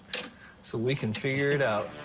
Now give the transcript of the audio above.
so we can figure it out.